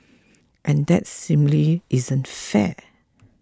and that simply isn't fair